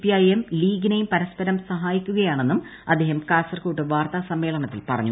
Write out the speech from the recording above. PI എം ലീഗിനെയും പരസ്പരം സഹായിക്കുകയാണെന്നും അദ്ദേഹം കാസർകോട് വാർത്താസമ്മേളനത്തിൽ പറഞ്ഞു